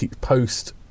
post